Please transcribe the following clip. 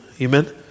Amen